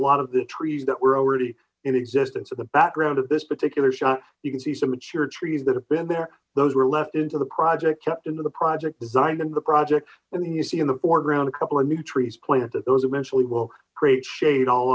lot of the trees that were already in existence in the background of this particular shot you can see mature trees that have been there those were left into the project kept the project designed and the project and then you see in the foreground a couple of new trees planted those eventually will create shade all